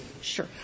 Sure